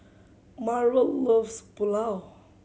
Marrol loves Pulao